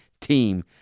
team